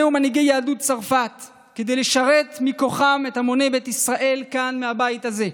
ומנהיגי יהדות צרפת כדי לשרת מכוחם את המוני בית ישראל כאן מהבית הזה.